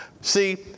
See